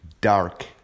dark